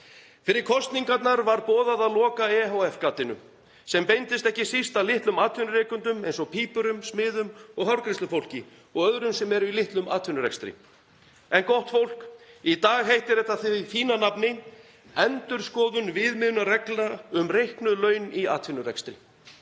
Fyrir kosningarnar var boðað að loka ehf.-gatinu sem beindist ekki síst að litlum atvinnurekendum eins og pípurum, smiðum, hárgreiðslufólki og öðrum sem eru í litlum atvinnurekstri. En gott fólk, í dag heitir þetta því fína nafni „endurskoðun viðmiðunarreglna um reiknuð laun í atvinnurekstri“.